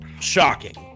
shocking